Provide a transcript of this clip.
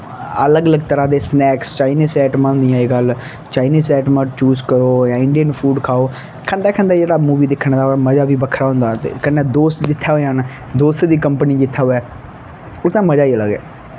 अलग अलग तरह् ते सनैक्स चाईनिस आईटमां होंदियां अज्ज कल चाईनिस आईटमां चूज करो जां इंडियन फूड खाओ खंदे खंदे जेह्ड़ा मूवी दिक्खने दा मज़ा बी बक्खरा होंदा ते कन्नै दोस्त जित्थें होई जान दोस्तें दी कंपनी जित्थैं होऐ उत्थैं मज़ा ई अलग ऐ